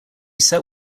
sat